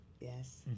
Yes